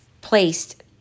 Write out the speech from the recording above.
placed